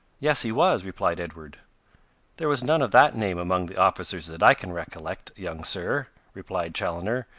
yes, he was, replied edward there was none of that name among the officers that i can recollect, young sir, replied chaloner,